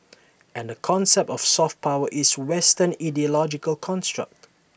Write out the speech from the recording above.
and the concept of soft power is western ideological construct